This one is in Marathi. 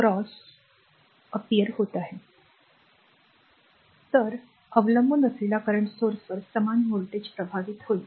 तर या r वर अवलंबून असलेल्या current स्त्रोतावर समान व्होल्टेज प्रभावित होईल